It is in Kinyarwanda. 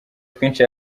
twinshi